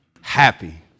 happy